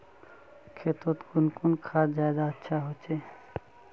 खेतोत कुन खाद ज्यादा अच्छा होचे?